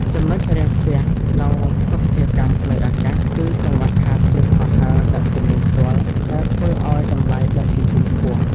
ចំណុចរាំងស្ទះក្នុងភស្តុភារកម្មផ្លូវអាកាស គឺកង្វះខាតជើងហោះហើរដឹកទំនិញផ្ទាល់ ដែលធ្វើឱ្យតម្លៃដឹកជញ្ជូនខ្ពស់។